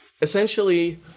essentially